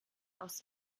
aus